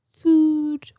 food